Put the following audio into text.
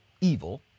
evil